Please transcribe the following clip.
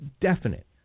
definite